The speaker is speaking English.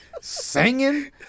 singing